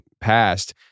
passed